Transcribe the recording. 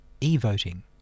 E-voting